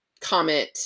comment